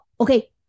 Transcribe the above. okay